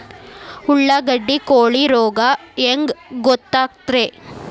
ಉಳ್ಳಾಗಡ್ಡಿ ಕೋಳಿ ರೋಗ ಹ್ಯಾಂಗ್ ಗೊತ್ತಕ್ಕೆತ್ರೇ?